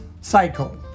cycle